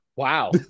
wow